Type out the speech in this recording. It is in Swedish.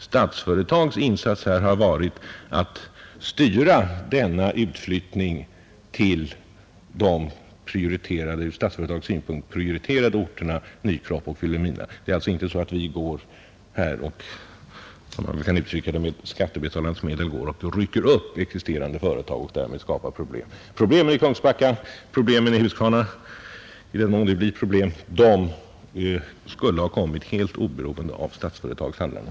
Statsföretags insats har varit att styra denna utflyttning till de från dess synpunkt prioriterade orterna Nykroppa och Vilhelmina. Vi går alltså inte ut för att med skattebetalarnas medel rycka upp existerande företag och därmed skapa problem. Problemen i Kungsbacka och i Huskvarna — i den mån det blir problem — skulle ha kommit helt oberoende av Statsföretags handlande.